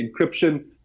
encryption